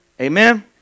Amen